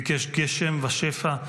ביקש גשם ושפע,